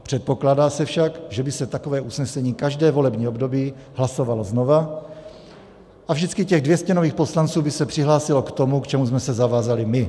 Předpokládá se však, že by se takové usnesení každé volební období hlasovalo znovu a vždycky těch 200 nových poslanců by se přihlásilo k tomu, k čemu jsme se zavázali my.